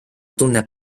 tunneb